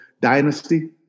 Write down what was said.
Dynasty